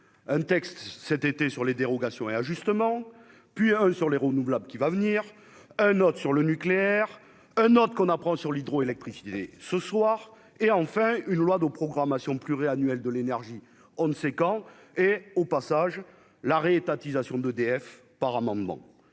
un texte cet été sur les dérogations réajustements puis un sur les renouvelables qui va venir, un autre sur le nucléaire, un autre qu'on apprend sur l'hydroélectricité dès ce soir, et enfin une loi de programmation pluriannuelle de l'énergie, on ne sait quand et au passage la re-étatisation d'EDF par amendement